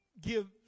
give